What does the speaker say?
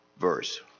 verse